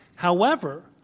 however,